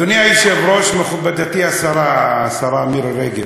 אדוני היושב-ראש, מכובדתי השרה, השרה מירי רגב,